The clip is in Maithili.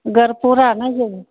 गरपुरा नहि जेबै